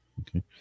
Okay